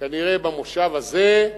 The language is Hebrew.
כנראה במושב הזה,